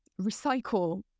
recycle